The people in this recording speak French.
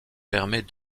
permet